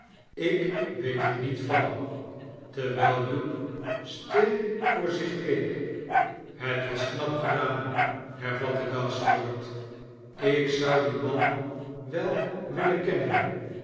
zeggen sikweet er niet van terwijl hugh stil voor zich keek het was knap gedaan hervatte gashford ik zou dien man wel willen kennen